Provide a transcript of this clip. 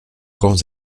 grands